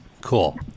Cool